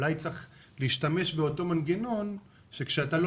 אולי צריך להשתמש באותו מנגנון שכשאתה לא